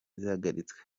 zihagaritswe